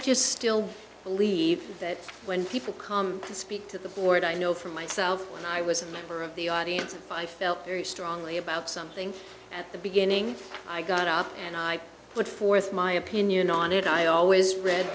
just still believe that when people come to speak to the board i know for myself when i was a member of the audience if i felt very strongly about something at the beginning i got out and i put forth my opinion on it i always read